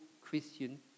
Christian